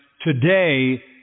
today